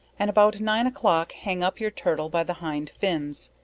and about nine o'clock hang up your turtle by the hind fins,